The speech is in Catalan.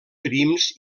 prims